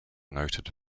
noted